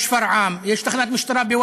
יש תחנת משטרה בשפרעם,